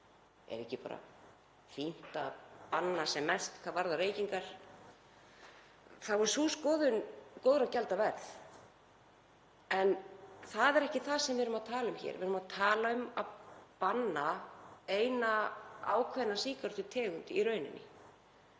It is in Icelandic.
Er ekki bara fínt að banna sem mest hvað varðar reykingar? En þrátt fyrir að sú skoðun sé góðra gjalda verð þá er það ekki það sem við erum að tala um hér. Við erum að tala um að banna eina ákveðna sígarettutegund í rauninni,